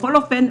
בכל אופן,